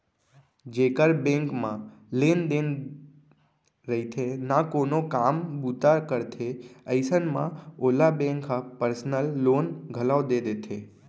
जेकर बेंक म बने लेन देन रइथे ना कोनो काम बूता करथे अइसन म ओला बेंक ह पर्सनल लोन घलौ दे देथे